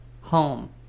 home